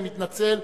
אני מתנצל,